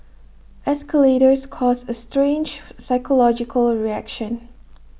escalators cause A strange psychological reaction